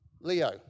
Leo